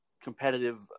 competitive